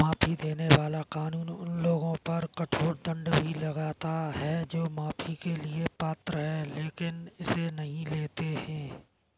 माफी देने वाला कानून उन लोगों पर कठोर दंड भी लगाता है जो माफी के लिए पात्र हैं लेकिन इसे नहीं लेते हैं